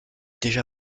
déjà